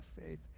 faith